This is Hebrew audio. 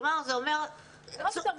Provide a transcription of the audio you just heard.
זה אומר,